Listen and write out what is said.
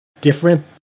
different